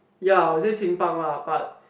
ya I would say Qing-Pang lah but